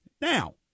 Now